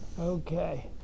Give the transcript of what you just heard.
Okay